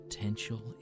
Potential